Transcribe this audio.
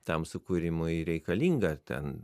tam sukūrimui reikalinga ten